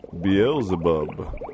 Beelzebub